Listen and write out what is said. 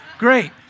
great